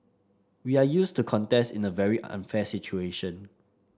we are used to contest in a very unfair situation